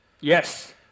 yes